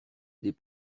des